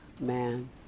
man